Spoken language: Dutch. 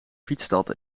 fietsstad